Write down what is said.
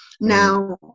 Now